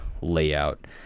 layout